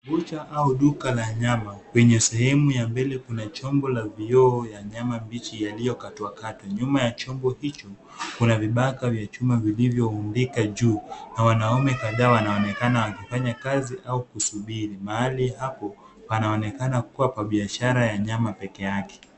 Bucha au duka la nyama. Kwenye sehemu ya mbele kuna chombo la vioo ya nyama mbichi yaliyokatwa katwa. Nyuma ya chombo hicho kuna vibaka vya chuma vilivyorundika juu na wanaume kadhaa wanaonekana wakifanya kazi au kusubiri. Mahali hapo panaonekana kuwa pa biashara ya nyama peke yake.